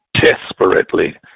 desperately